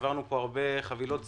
העברנו הרבה חבילות סיוע,